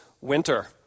Winter